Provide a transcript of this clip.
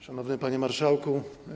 Szanowny Panie Marszałku!